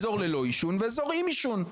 אזור ללא עישון ואזור עם עישון,